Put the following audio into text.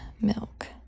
milk